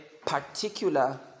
particular